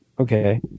Okay